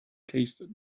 tasted